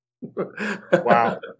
Wow